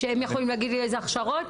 שהם יכולים להגיד לי איזה הכשרות?